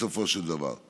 בסופו של דבר.